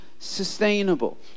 Sustainable